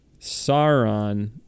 Sauron